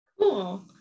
Cool